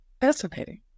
Fascinating